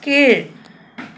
கீழ்